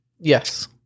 Yes